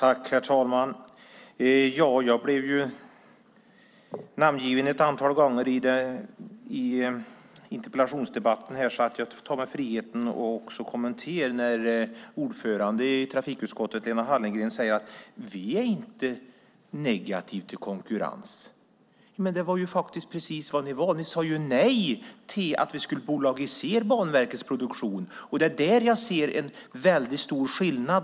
Herr talman! Jag blev namngiven ett antal gånger i interpellationsdebatten, så jag tar mig friheten att också kommentera när ordföranden i trafikutskottet Lena Hallengren säger att de inte är negativa till konkurrens. Det var faktiskt precis vad ni var; ni sade ju nej till att bolagisera Banverkets produktion. Det är där jag ser en väldigt stor skillnad.